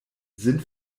sind